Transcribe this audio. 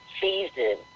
season